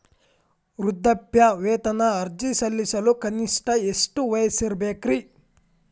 ವೃದ್ಧಾಪ್ಯವೇತನ ಅರ್ಜಿ ಸಲ್ಲಿಸಲು ಕನಿಷ್ಟ ಎಷ್ಟು ವಯಸ್ಸಿರಬೇಕ್ರಿ?